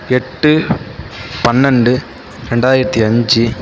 எட்டு பன்னெரெண்டு ரெண்டாயிரத்தி அஞ்சு